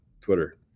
Twitter